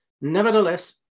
Nevertheless